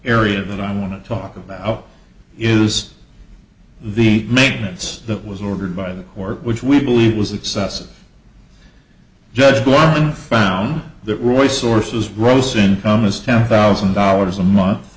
area that i want to talk about is the maintenance that was ordered by the work which we believe was excessive judge one found that roy sources gross income is ten thousand dollars a month